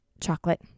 chocolate